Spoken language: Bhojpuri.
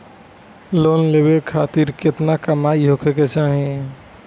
लोन लेवे खातिर केतना कमाई होखे के चाही?